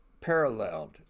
paralleled